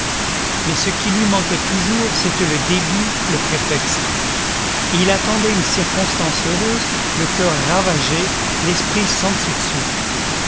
mais ce qui lui manquait toujours c'était le début le prétexte et il attendait une circonstance heureuse le coeur ravagé l'esprit sens dessus dessous